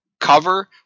cover